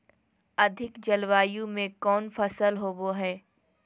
अधिक जलवायु में कौन फसल होबो है?